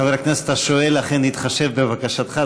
חבר הכנסת השואל אכן התחשב בבקשתך,